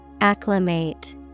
Acclimate